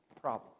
problem